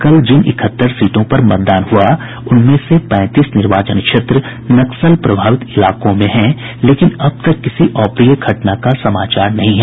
कल जिन इकहत्तर सीटों पर मतदान हुआ उनमें से पैंतीस निर्वाचन क्षेत्र नक्सल प्रभावित इलाकों में हैं लेकिन अब तक किसी अप्रिय घटना का समाचार नहीं है